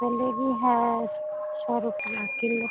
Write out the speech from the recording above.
जलेबी है सौ रुपैया किलो